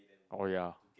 oh ya